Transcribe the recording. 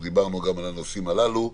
ודיברנו גם על הנושאים הללו,